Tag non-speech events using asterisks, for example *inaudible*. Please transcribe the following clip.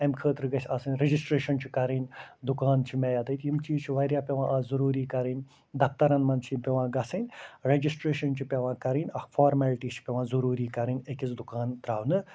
اَمہِ خٲطرٕ گژھِ آسان ریٚجِسٹرٛیشَن چھِ کرٕنۍ دُکان چھُ مےٚ *unintelligible* کہِ یِم چیٖز چھِ واریاہ پٮ۪وان آز ضٔروٗری کَرٕںی دَفترَن منٛز چھُے پٮ۪وان گژھٕنی ریٚجِسٹرٛیشَن چھِ پٮ۪وان کَرٕنۍ اکھ فارمٮ۪لٹی چھِ پٮ۪وان ضٔروٗری کَرٕنۍ أکِس دُکان ترٛاونہٕ